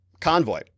convoy